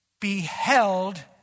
beheld